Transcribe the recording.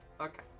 Okay